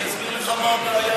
אני אגיד לך מה הבעיה,